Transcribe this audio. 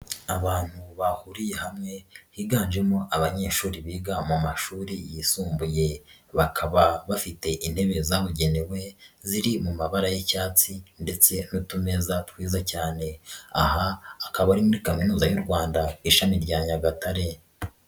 Abantu bahuriye hamwe higanjemo abanyeshuri biga mu mashuri yisumbuye, bakaba bafite intebe zabugenewe ziri mu mabara y'icyatsi ndetse n'utuneza twiza cyane, aha hakaba ari muri Kaminuza y'u Rwanda ishami rya Nyagatare.